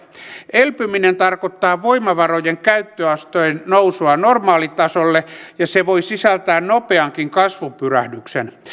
elpyminen tarkoittaa voimavarojen käyttöasteen nousua normaalitasolle ja se voi sisältää nopeankin kasvupyrähdyksen